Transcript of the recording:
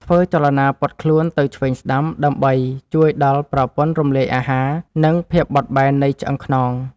ធ្វើចលនាពត់ខ្លួនទៅឆ្វេងស្ដាំ ដើម្បីជួយដល់ប្រព័ន្ធរំលាយអាហារ និងភាពបត់បែននៃឆ្អឹងខ្នង។